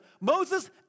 Moses